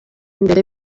imbere